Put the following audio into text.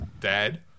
dad